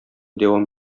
дәвам